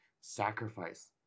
sacrifice